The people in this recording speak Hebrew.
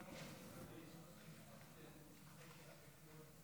נעולה.